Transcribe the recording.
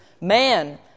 Man